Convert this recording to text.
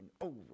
over